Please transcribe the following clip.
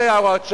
זה הוראת השעה,